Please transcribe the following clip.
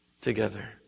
together